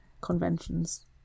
conventions